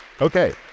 Okay